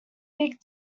big